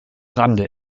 rande